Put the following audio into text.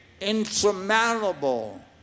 insurmountable